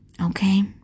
Okay